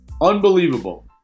Unbelievable